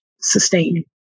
sustain